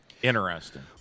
Interesting